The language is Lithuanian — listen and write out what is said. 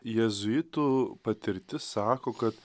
jėzuitų patirtis sako kad